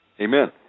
Amen